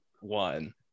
one